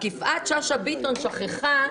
רק יפעת שאשא ביטון שכחה,